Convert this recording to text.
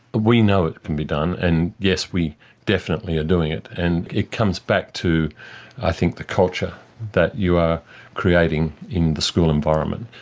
we know it can be done and yes, we definitely are doing it and it comes back to i think the culture that you are creating in the school environment.